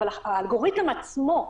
האלגוריתם עצמו,